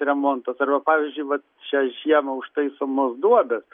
remontas arba pavyzdžiui vat šią žiemą užtaisomos duobės